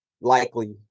likely